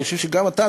אני חושב שגם אתה,